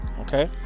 Okay